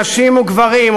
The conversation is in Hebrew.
נשים וגברים,